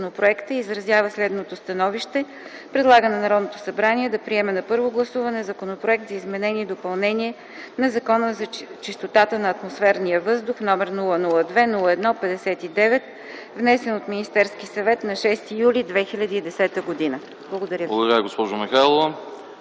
изразява следното становище: Предлага на Народното събрание да приеме на първо гласуване Законопроект за изменение и допълнение на Закона за чистотата на атмосферния въздух № 002-01-59, внесен от Министерския съвет на 6 юли 2010 г.” Благодаря ви.